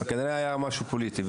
כנראה היה משהו פוליטי.